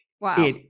Wow